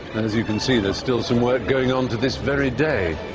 as you can see, there's still some work going on to this very day.